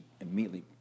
immediately